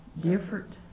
Different